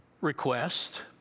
request